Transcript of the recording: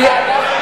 אוקיי.